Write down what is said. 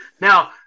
now